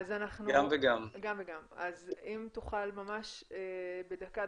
אם תוכל ממש בדקה,